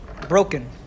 broken